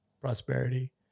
prosperity